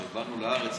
כשהגענו לארץ,